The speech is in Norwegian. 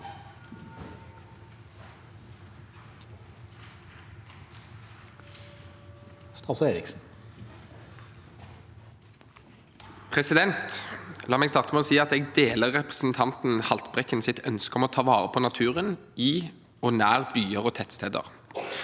meg starte med å si at jeg deler representanten Haltbrekkens ønske om å ta vare på naturen i og nær byer og tettsteder.